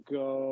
go